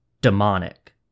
demonic